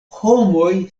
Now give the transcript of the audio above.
homoj